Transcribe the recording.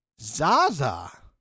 Zaza